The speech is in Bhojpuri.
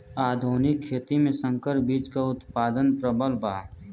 आधुनिक खेती में संकर बीज क उतपादन प्रबल बा